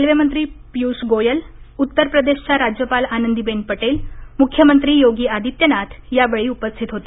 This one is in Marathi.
रेल्वेमंत्री पियुष गोयल उत्तर प्रदेशच्या राज्यपाल आनंदीबेन पटेल मुख्यमंत्री योगी आदित्यनाथ यावेळी उपस्थित होते